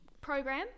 program